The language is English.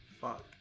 Fuck